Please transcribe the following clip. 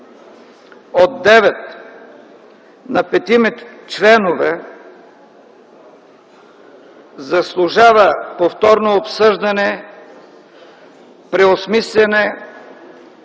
от 9 на петима членове заслужава повторно обсъждане, преосмисляне